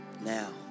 now